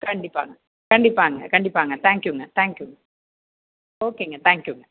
கண்டிப்பாகங்க கண்டிப்பாகங்க கண்டிப்பாகங்க தேங்க் யூங்க தேங்க் யூ ஓகேங்க தேங்க் யூங்க